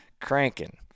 cranking